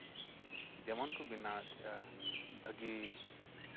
ᱫᱮᱢᱚᱱ ᱠᱚ ᱵᱮᱱᱟᱣᱮᱫ ᱛᱟᱦᱮᱸᱼᱟ ᱵᱷᱟᱹᱜᱤ